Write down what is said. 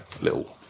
little